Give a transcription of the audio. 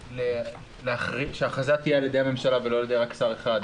רציתי לשאול למה שההכרזה לא תהיה על ידי הממשלה ולא רק על ידי שר אחד?